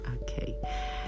okay